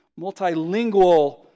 multilingual